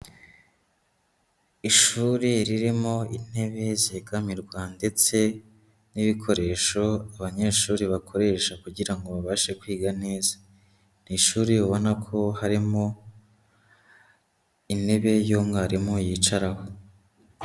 Ishuri ririmo intebe zegamirwa ndetse n'ibikoresho abanyeshuri bakoresha kugira ngo babashe kwiga neza. Ni ishuri ubona ko harimo intebe y'umwarimu yicaraho.